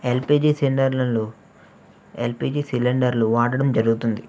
LPG సిలిండర్లలో LPG సిలిండర్లు వాడడం జరుగుతుంది